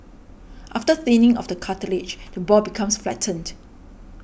after thinning of the cartilage the ball becomes flattened